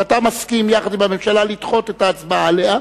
ואתה מסכים יחד עם הממשלה לדחות את ההצבעה עליה,